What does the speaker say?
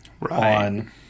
on